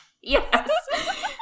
Yes